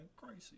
Crazy